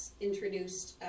introduced